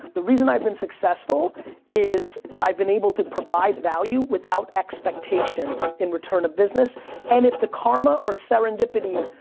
the reason i've been successful is i've been able to provide value without expectation in return of business and if the karma, or serendipity,